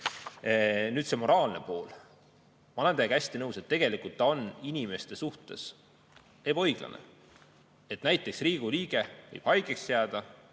Nüüd see moraalne pool. Ma olen teiega hästi nõus, et tegelikult on see inimeste suhtes ebaõiglane, et näiteks Riigikogu liige võib haigeks jääda,